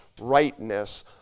rightness